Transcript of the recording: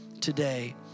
today